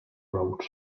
road